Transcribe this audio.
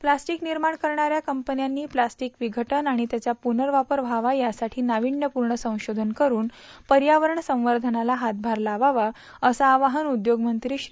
plastic निर्माण करणाऱ्या कंपन्यांनी प्लास्टिक विषटन आणि त्याचा पुनर्वापर व्हावा यासाठीचे नाविन्यपूर्ण संशोधन करून पर्यावरण संवर्धनास हातभाग लावावा असे आवाहन उद्योगमंत्री श्री